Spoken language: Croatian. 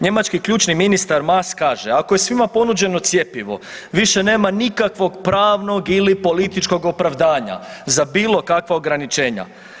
Njemački ključni ministar Mas kaže ako je svima ponuđeno cjepivo više nema nikakvog pravnog ili političkog opravdanja za bilo kakva ograničenja.